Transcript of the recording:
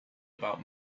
about